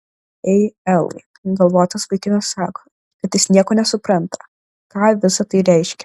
ei elai galvotas vaikinas sako kad jis nieko nesupranta ką visa tai reiškia